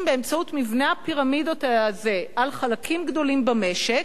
באמצעות מבנה הפירמידות הזה על חלקים גדולים במשק.